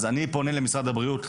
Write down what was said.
אז אני פונה למשרד הבריאות,